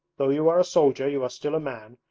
though you are a soldier you are still a man,